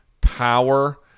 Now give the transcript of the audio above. power